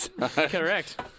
Correct